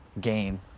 game